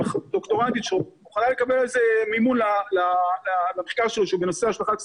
דוקטורנטית שמוכנה לקבל על זה מימון למחקר שהוא בנושא השלכת פסולת,